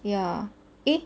ya eh